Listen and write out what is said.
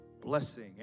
blessing